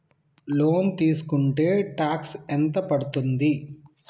Loan తీస్కుంటే tax ఎంత పడ్తుంది?